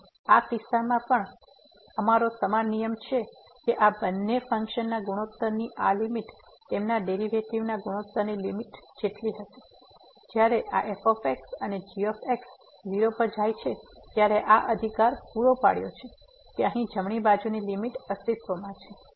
અને આ કિસ્સામાં પણ અમારો સમાન નિયમ છે કે આ બંને ફંક્શન ના ગુણોત્તરની આ લીમીટ તેમના ડેરીવેટીવ ના ગુણોત્તરની લીમીટ હશે જ્યારે આ f અને g 0 પર જાય છે ત્યારે આ અધિકાર પૂરો પાડ્યો છે કે અહીં જમણી બાજુની લીમીટ અસ્તિત્વમાં છે